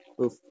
oof